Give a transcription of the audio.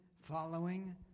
following